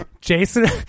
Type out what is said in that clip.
Jason